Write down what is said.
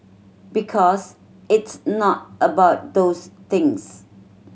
because it's not about those things